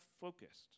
focused